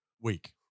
week